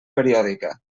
periòdica